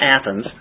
Athens